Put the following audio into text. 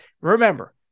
Remember